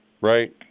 right